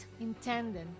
intended